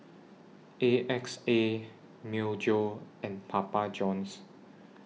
A X A Myojo and Papa Johns